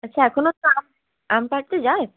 আচ্ছা এখনও আম পাড়তে যায়